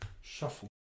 shuffle